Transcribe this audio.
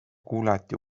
kuulati